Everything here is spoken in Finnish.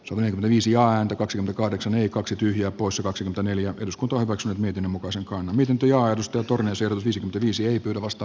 olen viisi ääntä kaksi kahdeksan kaksi tyhjää poissa kaksi neljä eduskuntaan katso miten muka sekaantumisen työ arvosteltu rinne selvisi kriisi ei pyydä vasta